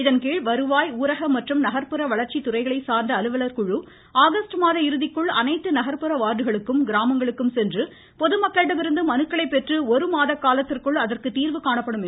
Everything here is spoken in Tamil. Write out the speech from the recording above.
இதன் கீழ் வருவாய் ஊரக மற்றும் நகர்புற வளர்ச்சி துறைகளை சார்ந்த அலுவலர் குழு ஆகஸ்ட் மாத இறுதிக்குள் அனைத்து நகர்புற வார்டுகளுக்கும் கிராமங்களுக்கும் சென்று பொதுமக்களிடமிருந்து மனுக்களை பெற்று ஒருமாத காலத்திற்குள் அதற்கு தீர்வு காணப்படும் என்றார்